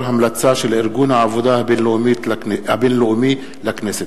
המלצה של ארגון העבודה הבין-לאומי לכנסת.